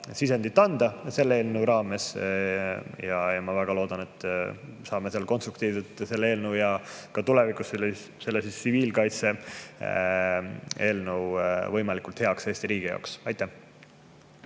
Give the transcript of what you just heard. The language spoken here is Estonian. sisendit anda selle eelnõu raames. Ja ma väga loodan, et saame konstruktiivselt selle eelnõu ja ka tulevikus selle tsiviil[kriisi] eelnõu võimalikult heaks Eesti riigi jaoks. Urve